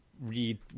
read